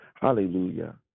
Hallelujah